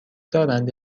دارند